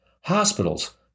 hospitals